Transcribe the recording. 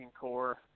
core